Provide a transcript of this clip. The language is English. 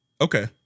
Okay